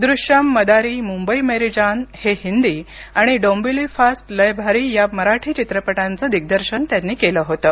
दृश्यम मदारी मुंबई मेरी जान हे हिंदी आणि डोंबिवली फास्ट लय भारी या मराठी चित्रपटांचं दिग्दर्शन त्यांनी केलं होतं